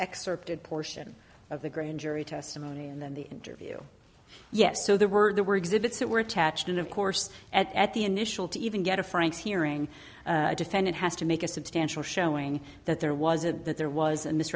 excerpted portion of the grand jury testimony and then the interview yes so there were there were exhibits that were attached and of course at the initial to even get a frank's hearing a defendant has to make a substantial showing that there wasn't that there was